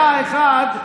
היה אחד,